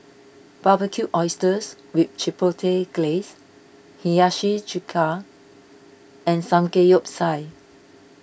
Barbecued Oysters with Chipotle Glaze Hiyashi Chuka and Samgeyopsal